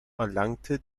erlangte